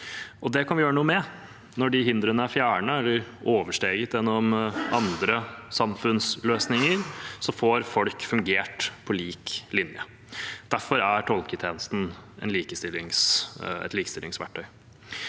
Det kan vi gjøre noe med. Når de hindrene er fjernet eller oversteget gjennom andre samfunnsløsninger, får folk fungert på lik linje. Derfor er tolketjenesten et likestillingsverktøy.